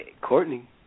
Courtney